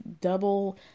double